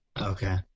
Okay